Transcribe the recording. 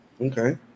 okay